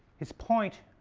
his point,